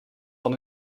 van